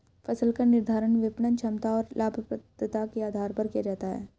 फसल का निर्धारण विपणन क्षमता और लाभप्रदता के आधार पर किया जाता है